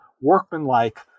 workmanlike